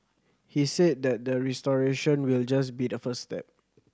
he said that the restoration will just be the first step